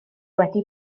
wedi